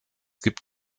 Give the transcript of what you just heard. gibt